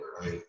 right